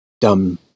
dumb